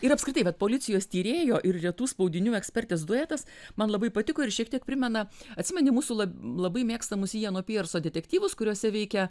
ir apskritai vat policijos tyrėjo ir retų spaudinių ekspertės duetas man labai patiko ir jis šiek tiek primena atsimeni mūsų lab labai mėgstamus jieno pierso detektyvus kuriuose veikia